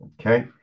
Okay